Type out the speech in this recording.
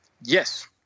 Yes